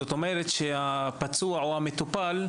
זאת אומרת שהפצוע או המטופל,